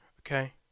Okay